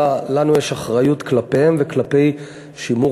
אלא לנו יש אחריות כלפיהם וכלפי שימור